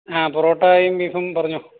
ആ പൊറോട്ടയും ബീഫും പറഞ്ഞോ